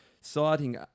citing